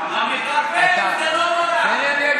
אני לא חושב שזה לדיון ככה,